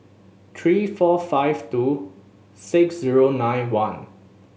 three four five two six zero nine one